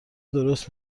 درست